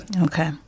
Okay